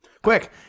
Quick